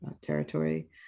territory